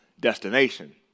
destination